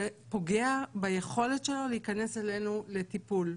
זה פוגע ביכולת שלו להיכנס אלינו לטיפול,